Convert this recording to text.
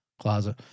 closet